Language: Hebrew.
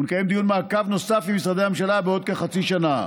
ונקיים דיון מעקב נוסף עם משרדי הממשלה בעוד כחצי שנה.